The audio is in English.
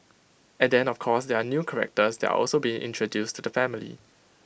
and then of course there are new characters that are also being introduced to the family